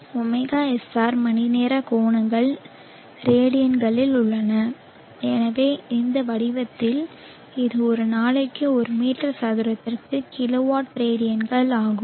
ωSR மணிநேர கோணங்கள் ரேடியன்களில் உள்ளன எனவே இந்த வடிவத்தில் இது ஒரு நாளைக்கு ஒரு மீட்டர் சதுரத்திற்கு கிலோவாட் ரேடியன்கள் ஆகும்